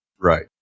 Right